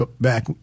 back